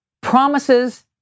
promises